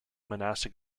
monastic